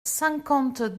cinquante